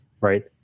right